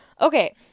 Okay